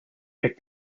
pick